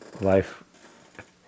life